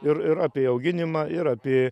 ir ir apie auginimą ir apie